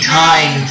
time